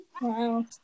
Wow